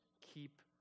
keep